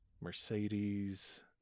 Mercedes